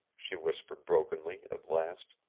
she whispered brokenly, at last.